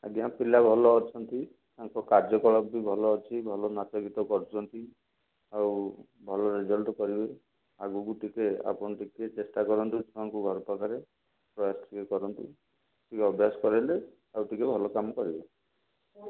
ଆଜ୍ଞା ପିଲା ଭଲ ଅଛନ୍ତି ତାଙ୍କ କାର୍ଯ୍ୟକଳାପ ବି ଭଲ ଅଛି ଭଲ ନାଚ ଗୀତ କରୁଛନ୍ତି ଆଉ ଭଲ ରେଜଲ୍ଟ କରିବେ ଆଗକୁ ଟିକିଏ ଆପଣ ଟିକିଏ ଚେଷ୍ଟା କରନ୍ତୁ ଛୁଆଙ୍କୁ ଘରପାଖରେ ପ୍ରୟାସ ଟିକିଏ କରନ୍ତୁ ଟିକିଏ ଅଭ୍ୟାସ କରାଇଲେ ଆଉ ଟିକିଏ ଭଲ କାମ କରିବେ